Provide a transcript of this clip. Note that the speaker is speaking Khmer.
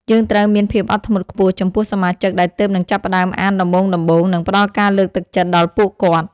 យើងត្រូវមានភាពអត់ធ្មត់ខ្ពស់ចំពោះសមាជិកដែលទើបនឹងចាប់ផ្ដើមអានដំបូងៗ និងផ្ដល់ការលើកទឹកចិត្តដល់ពួកគាត់។